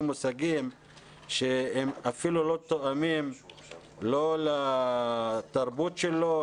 מושגים שהם אפילו לא תואמים לא לתרבות שלו,